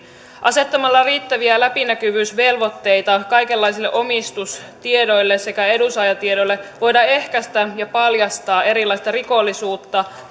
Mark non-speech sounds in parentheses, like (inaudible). asettamalla riittäviä läpinäkyvyysvelvoitteita kaikenlaisille omistustiedoille sekä edunsaajatiedoille voidaan ehkäistä ja paljastaa erilaista rikollisuutta (unintelligible)